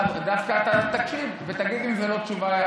דווקא אתה תקשיב ותגיד אם זו לא תשובה.